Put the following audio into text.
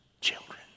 children